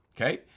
okay